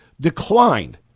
declined